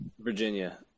Virginia